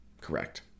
Correct